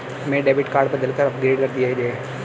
मेरा debit card बदलकर upgrade कर दीजिए